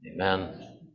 amen